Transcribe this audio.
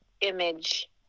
image